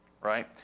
right